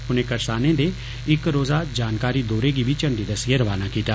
उनें करसानें दे इक रोजा जानकारी दौरे गी बी झंडी दस्सियै रवाना कीता